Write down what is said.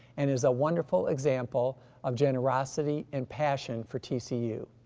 and is a wonderful example of generosity and passion for tcu.